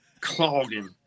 clogging